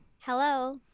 Hello